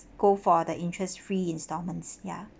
go for the interest free installments ya